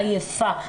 עייפה,